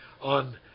on